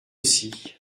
aussi